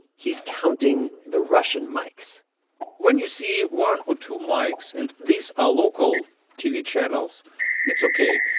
he's counting the russian mics when you see one or two mics and these are local tv channels it's ok.